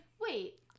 wait